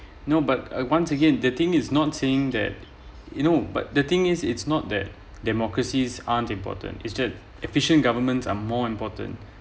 no but uh once again the thing is not saying that you know but the thing is it's not that democracies aren't important is just efficient governments are more important